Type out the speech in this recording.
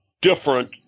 different